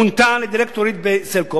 מונתה לדירקטורית ב"סלקום".